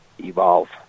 Evolve